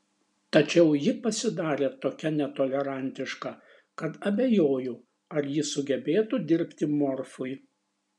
tačiau ji pasidarė tokia netolerantiška kad abejoju ar ji sugebėtų dirbti morfui